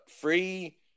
free